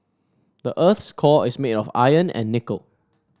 the earth's core is made of iron and nickel